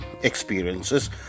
Experiences